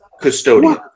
custodian